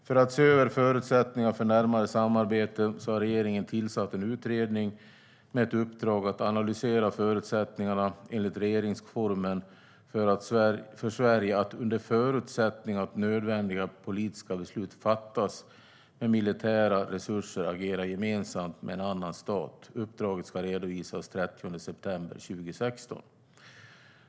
För att se över förutsättningar för närmare samarbete har regeringen tillsatt en utredning med uppdrag att analysera förutsättningarna enligt regeringsformen för Sverige att, under förutsättning att nödvändiga politiska beslut fattas, med militära resurser agera gemensamt med en annan stat. Uppdraget ska redovisas den 30 september 2016.